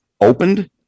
opened